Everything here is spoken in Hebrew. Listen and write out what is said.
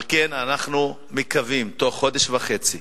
על כן אנחנו מקווים בתוך חודש וחצי